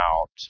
out